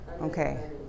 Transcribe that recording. Okay